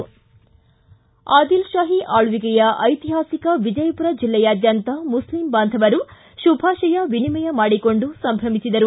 ಆದಿಲ್ಶಾಹಿ ಆಳ್ವಕೆಯ ಐತಿಹಾಸಿಕ ವಿಜಯಪುರ ಜಿಲ್ಲೆಯಾದ್ವಂತ ಮುಖ್ಲಿಂ ಬಾಂಧವರು ಶುಭಾಶಯ ವಿನಿಮಯ ಮಾಡಿಕೊಂಡು ಸಂಭ್ರಮಿಸಿದರು